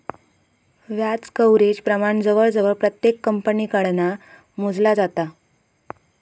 व्याज कव्हरेज प्रमाण जवळजवळ प्रत्येक कंपनीकडना मोजला जाता